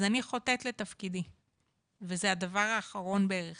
אז אני חוטאת לתפקידי, וזה הדבר האחרון בערך